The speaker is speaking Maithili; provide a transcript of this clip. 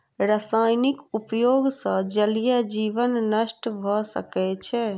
रासायनिक उपयोग सॅ जलीय जीवन नष्ट भ सकै छै